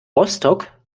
rostock